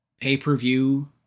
pay-per-view